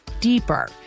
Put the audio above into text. deeper